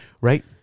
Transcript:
right